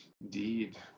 Indeed